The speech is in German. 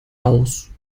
aus